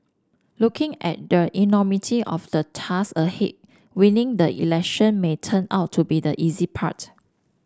looking at the enormity of the task ahead winning the election may turn out to be the easy part